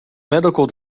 medical